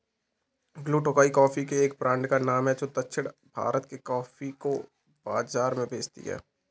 blue Tokai coffee के एक brand का नाम है जो दक्षिण भारत के कॉफी को बाजार में बेचती है